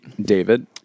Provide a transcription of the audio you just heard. David